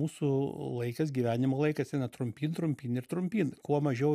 mūsų laikas gyvenimo laikas eina trumpyn trumpyn ir trumpyn kuo mažiau